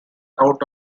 out